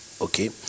Okay